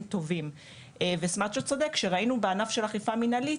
טובים וסמצ'או צודק שראינו בענף של אכיפה מנהלית